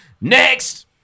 next